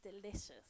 delicious